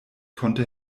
konnte